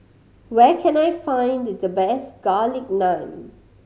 where can I find the the best Garlic Naan